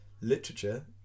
Literature